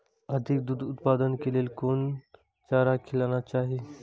अधिक दूध उत्पादन के लेल कोन चारा खिलाना चाही?